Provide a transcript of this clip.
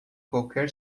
qualquer